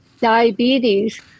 diabetes